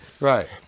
Right